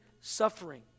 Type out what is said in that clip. suffering